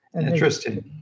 Interesting